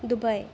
Dubai